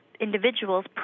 individuals